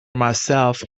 myself